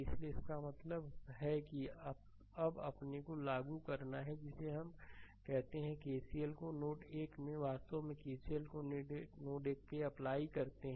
इसलिए इसका मतलब है कि अब अपने को लागू करना है जिसे हम कहते हैं केसीएल को नोड 1 में अपने केसीएल को नोड 1 पर अप्लाई करते हैं